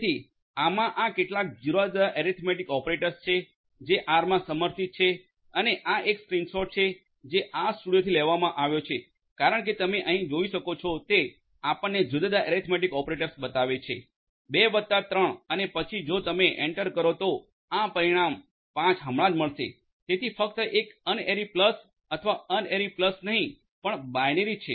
તેથી આમાં આ કેટલાક જુદા જુદા ઍરિથ્મેટિક ઓપરેટર્સ છે જે આર માં સમર્થિત છે અને આ એક સ્ક્રીનશોટ છે જે આરસ્ટુડિયોથી લેવામાં આવ્યો છે કારણ કે તમે અહીં જોઈ શકો છો તે આપણને જુદા જુદા ઍરિથ્મેટિક ઓપરેટરો બતાવે છે 2 વત્તા 3 અને પછી જો તમે એન્ટર કરો તો આ પરિણામ 5 હમણાં જ મળશે તેથી આ ફક્ત એક અનએરી પ્લસ અથવા અનએરી પ્લસ નહીં પણ બાઈનેરી છે